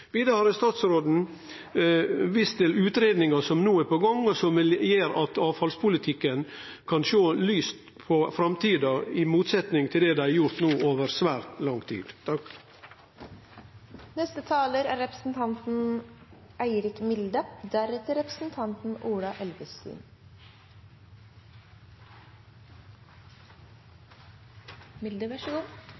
Vidare har statsråden vist til utgreiinga som no er i gang, og som vil gjere at når det gjeld avfallspolitikken, kan ein sjå lyst på framtida, i motsetnad til det ein har gjort no over svært lang tid.